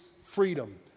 freedom